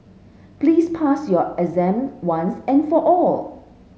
please pass your exam once and for all